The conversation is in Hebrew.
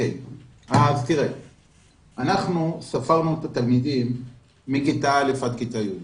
אנחנו ספרנו את התלמידים מכיתה א' עד י"ב.